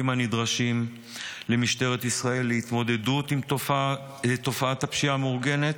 הנדרשים למשטרת ישראל להתמודדות עם תופעת הפשיעה המאורגנת,